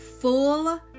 full